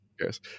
Yes